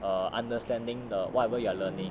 um understanding the whatever you are learning